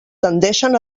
tendeixen